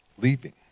leaving